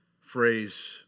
phrase